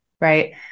right